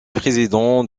président